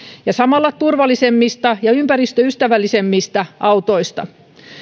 ja samalla turvallisemmista ja ympäristöystävällisemmistä autoista